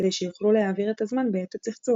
כדי שיוכלו להעביר את הזמן בעת הצחצוח.